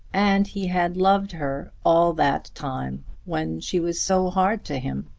and he had loved her all that time when she was so hard to him!